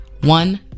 one